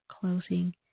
closing